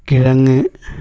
കിഴങ്ങ്